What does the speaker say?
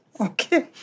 Okay